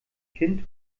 kind